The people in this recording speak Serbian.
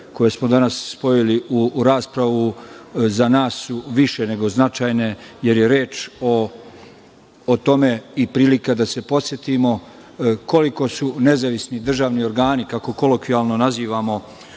koje smo danas spojili u raspravu za nas su više nego značajne, jer je reč o tome i prilika da se podsetimo koliko nezavisni državni organi, kako kolokvijalno nazivamo